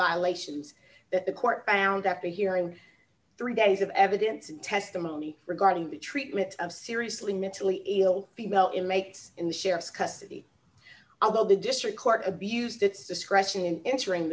violations that the court found after hearing three days of evidence and testimony regarding the treatment of seriously mentally ill female inmates in the sheriff's custody although the district court abused its discretion in ensuring